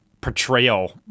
portrayal